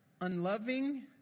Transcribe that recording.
unloving